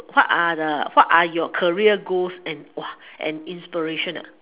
what are the what are your career goals and inspiration